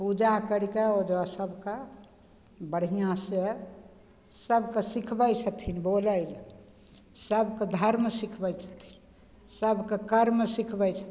पूजा करिकऽ ओजो सबके बढ़िआँसँ सबके सिखबय छथिन बोलय लए सबके धर्म सिखबय छथिन सबके कर्म सिखबय छथिन